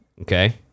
Okay